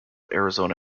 arizona